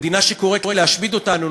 למדינה שקוראת להשמיד אותנו,